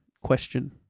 question